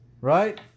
Right